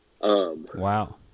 Wow